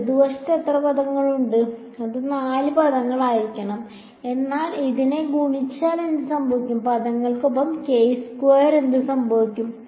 ഇടതുവശത്ത് എത്ര പദങ്ങൾ ഉണ്ട് അത് 4 പദങ്ങൾ ആയിരിക്കണം എന്നാൽ ഇതിനെ ഗുണിച്ചാൽ എന്ത് സംഭവിക്കും പദങ്ങൾക്കൊപ്പം എന്ത് സംഭവിക്കും